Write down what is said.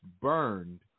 burned